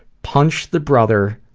punch the brother,